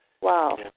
Wow